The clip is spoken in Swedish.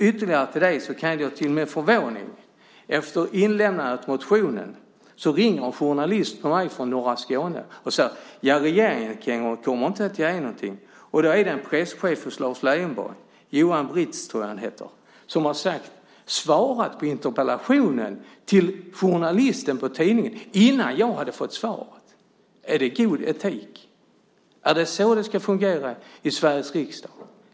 Ytterligare en sak är att efter inlämnandet av min interpellation ringer till min förvåning en journalist till mig från tidningen Norra Skåne och säger: Regeringen kommer inte att göra någonting. Det är en presschef hos Lars Leijonborg - jag tror att han heter Johan Britz - som har svarat på interpellationen till journalisten på tidningen innan jag hade fått svaret. Är det god etik? Är det så det ska fungera i Sveriges riksdag?